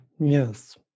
Yes